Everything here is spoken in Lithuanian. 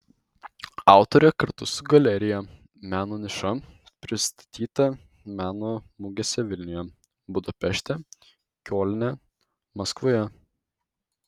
autorė kartu su galerija meno niša pristatyta meno mugėse vilniuje budapešte kiolne maskvoje